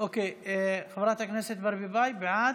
אוקיי, חברת הכנסת ברביבאי, בעד,